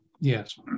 Yes